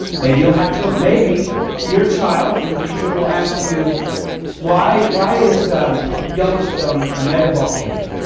maybe you'll have children. maybe your child in the future will ask you why why is yellowstone a mega volcano?